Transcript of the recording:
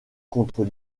contre